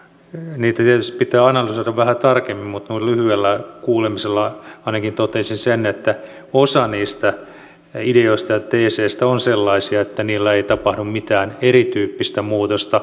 niitä tietysti pitää analysoida vähän tarkemmin mutta noin lyhyellä kuulemisella ainakin totesin sen että osa niistä ideoista ja teeseistä on sellaisia että niillä ei tapahdu mitään erityyppistä muutosta